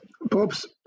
Bob's